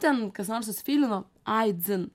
ten kas nors susifeilino ai dzin